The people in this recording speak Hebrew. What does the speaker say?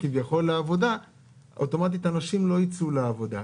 לעבודה אז אוטומטית הנשים לא ייצאו לעבודה.